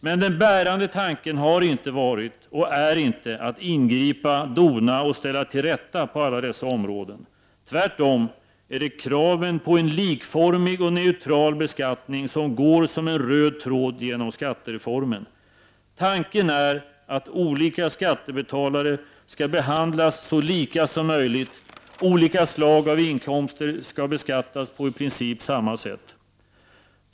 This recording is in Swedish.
Men den bärande tanken har inte varit, och är inte, att ingripa, dona och ställa till rätta på alla dessa områden. Tvärtom är det kraven på en likformig och neutral beskattning som går som en röd tråd genom skattereformen. Tanken är att olika skattebetalare skall behandlas så lika som möjligt, olika slag av inkomster skall beskattas på i princip samma sätt.